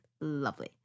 lovely